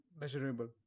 measurable